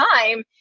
time